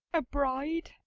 a bride?